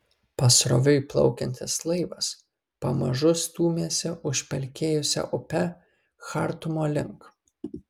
pasroviui plaukiantis laivas pamažu stūmėsi užpelkėjusia upe chartumo link